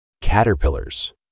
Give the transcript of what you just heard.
Caterpillars